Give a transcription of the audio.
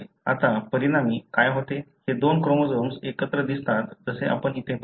आता परिणामी काय होते हे दोन क्रोमोझोम एकत्र दिसतात जसे आपण इथे पाहतो